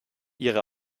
ihre